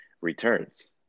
returns